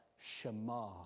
Shema